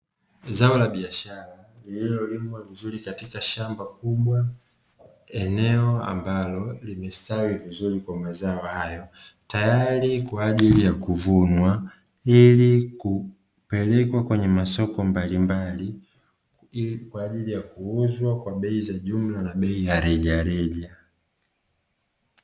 Zao la biashara linalolimwa vizuri katika shamba kubwa, eneo ambalo limestawi vizuri kwa mazao hayo, tayari kwa ajili ya kuvunwa ili kupelekwa kwenye masoko mbalimbali, kwa ajili ya kuuzwa kwa bei za jumla na rejareja.